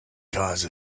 cause